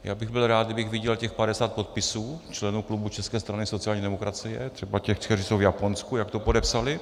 Byl bych rád, kdybych viděl těch padesát podpisů členů klubu České strany sociálně demokratické, třeba těch, kteří jsou v Japonsku, jak to podepsali.